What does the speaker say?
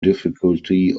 difficulty